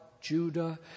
Judah